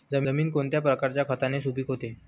जमीन कोणत्या प्रकारच्या खताने सुपिक होते?